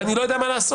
ואני לא יודע מה לעשות.